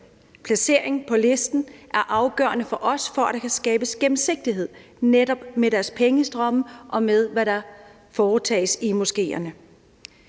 placering på listen er afgørende for os, for at der kan skabes gennemsigtighed med netop deres pengestrømme og med, hvad der foretages i moskeerne.